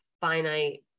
finite